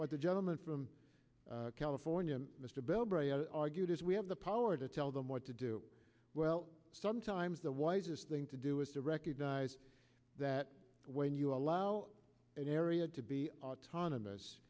what the gentleman from california mr bell breyer argued is we have the power to tell them what to do well sometimes the wisest thing to do is to recognise that when you allow an area to be autonomous